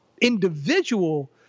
individual